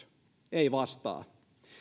ei vastaa